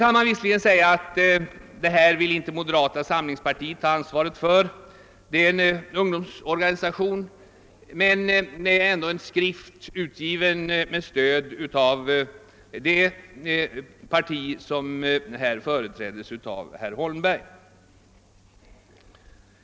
Man kan visserligen från moderata samlingspartiet säga att man inte tar ansvaret för det skrivna, det får ungdomsorganisationen stå för, men skriften är ändå utgiven med stöd av det parti som här företrädes av herr Holm berg.